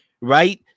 right